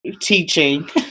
teaching